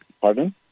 Pardon